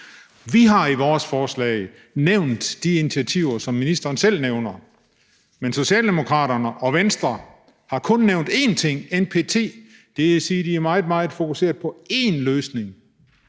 Vi har i vores forslag nævnt de initiativer, som ministeren selv nævner. Men Socialdemokraterne og Venstre har kun nævnt én ting: NPT. Det vil sige, at de er meget, meget fokuseret på én løsning,